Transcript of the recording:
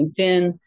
LinkedIn